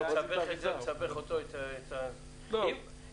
לגבי אותם מי שאינם בעלי רישיונות,